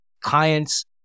clients